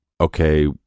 okay